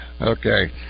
okay